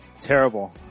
Terrible